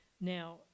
Now